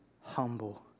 humble